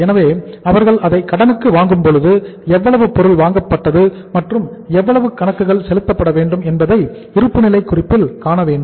எனவே அவர்கள் அதை கடனுக்கு வாங்கும் பொழுது எவ்வளவு பொருள் வாங்கப்பட்டது மற்றும் எவ்வளவு கணக்குகள் செலுத்தப்பட வேண்டும் என்பதை இருப்புநிலை குறிப்பில் காணவேண்டும்